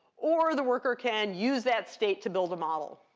or the worker can use that state to build a model,